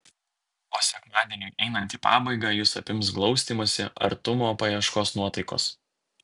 o sekmadieniui einant į pabaigą jus apims glaustymosi artumo paieškos nuotaikos